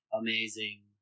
amazing